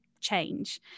change